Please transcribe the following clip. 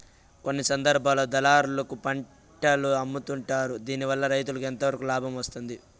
కొన్ని సందర్భాల్లో దళారులకు పంటలు అమ్ముతుంటారు దీనివల్ల రైతుకు ఎంతవరకు లాభం వస్తుంది?